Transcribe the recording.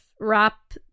wrap